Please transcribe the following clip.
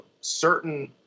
certain